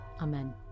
Amen